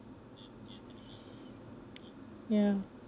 ya